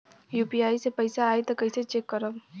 UPI से पैसा आई त कइसे चेक खरब?